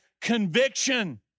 conviction